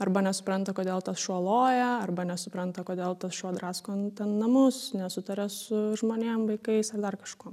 arba nesupranta kodėl tas šuo loja arba nesupranta kodėl tas šuo drasko ten namus nesutaria su žmonėm vaikais ar dar kažkuom